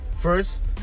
First